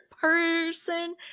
person